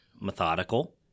methodical